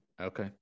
Okay